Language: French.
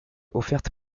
offerte